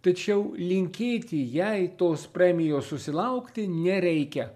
tačiau linkėti jai tos premijos susilaukti nereikia